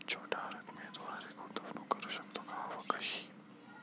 छोट्या रकमेद्वारे गुंतवणूक करू शकतो का व कशी?